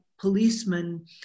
policemen